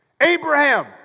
Abraham